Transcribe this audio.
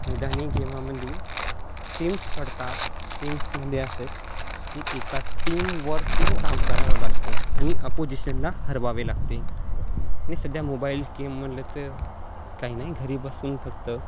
मैदानी गेमामध्ये टीम्स पडतात टीम्समध्ये असं आहे की एका टीमवर्कने काम करावं लागतं आणि अपोजिशनला हरवावे लागते आणि सध्या मोबाईल गेम म्हणलं तर काही नाही घरी बसून फक्त